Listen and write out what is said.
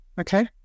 Okay